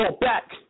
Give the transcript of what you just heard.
back